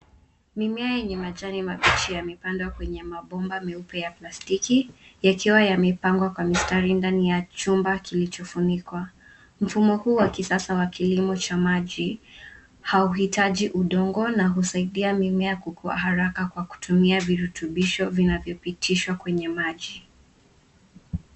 Mimea yenye majani mabichi imepandwa kwenye mabomba meupe ya plastiki yakiwa yamepangwa kwa mistari ndani ya chumba kilicho funikwa. Mfumo huu wa kisasa wa kilimo cha maji hauhitaji udongo na husaidia mimea kukua haraka kwa kutumia virutubisho vinavyo pitishwa kwenye maji.